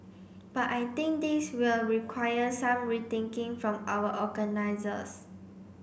but I think this will require some rethinking from our organisers